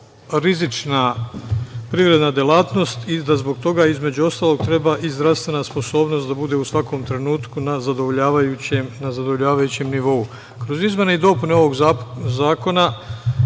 rizična privredna delatnost i da zbog toga treba i zdravstvena sposobnost da bude u svakom trenutku na zadovoljavajućem nivou. Kroz izmene i dopune ovog zakona,